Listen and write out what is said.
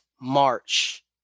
March